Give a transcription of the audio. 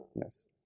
Yes